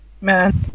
Man